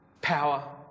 power